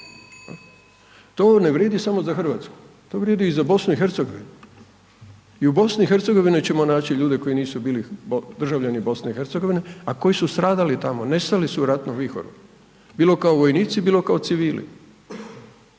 To ne vrijedi samo za Hrvatsku, to vrijedi i za BiH i u BiH ćemo naći ljude koji nisu bili državljani BiH, a koji su stradali tamo, nestali su u ratnom vihoru, bilo kao vojnici, bilo kao civili.